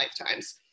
lifetimes